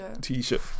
T-shirt